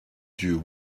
dieu